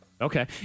Okay